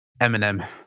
Eminem